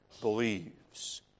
believes